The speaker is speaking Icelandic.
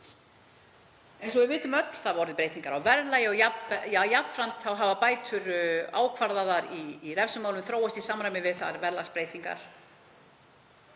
Eins og við vitum öll hafa orðið breytingar á verðlagi og jafnframt hafa bætur ákvarðaðar í refsimálum þróast í samræmi við þær verðlagsbreytingar.